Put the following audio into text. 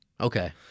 Okay